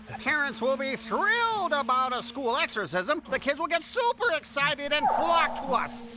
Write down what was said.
parents will be thrilled about a school exorcism! the kids will get super excited and flock to us!